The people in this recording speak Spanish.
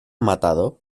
matado